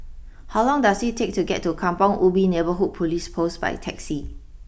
how long does it take to get to Kampong Ubi Neighbourhood police post by taxi